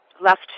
left